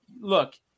look